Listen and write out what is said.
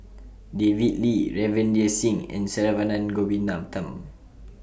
David Lee Ravinder Singh and Saravanan Gopinathan